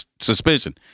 suspicion